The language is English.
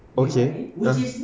okay ah